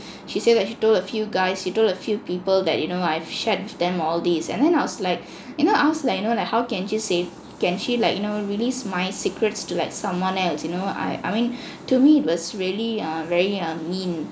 she said that she told a few guys she told a few people that you know I've shared with them all these and then I was like you know I was like you know like how can she say can she like you know release my secrets to like someone else you know I I mean to me it was really uh very uh mean